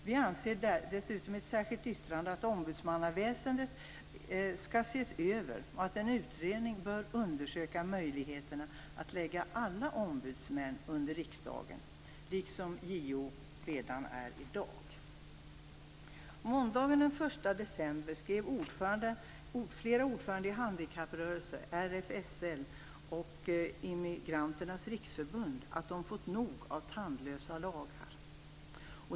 Vi anser dessutom att ombudsmannaväsendet skall ses över och att en utredning bör undersöka möjligheterna att lägga alla ombudsmän under riksdagen, liksom JO redan i dag finns där. Måndagen den 1 december skrev ordförandena i handikapprörelsen, RFSL och Immigranternas Centralförbund att de fått nog av tandlösa lagar.